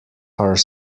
are